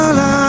la